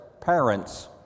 parent's